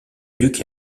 duc